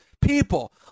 People